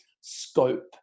scope